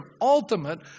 ultimate